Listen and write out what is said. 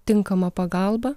tinkamą pagalbą